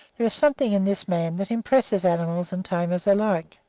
there is something in this man that impresses animals and tamers alike.